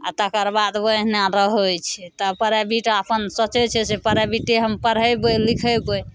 आओर तकर बाद ओहिना रहै छै तब प्राइवेट अपन सोचै छै से प्राइवेटे हम पढ़ैबै लिखैबै